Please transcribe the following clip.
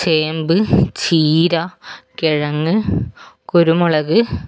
ചേമ്പ് ചീര കിഴങ്ങ് കുരുമുളക്